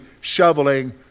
shoveling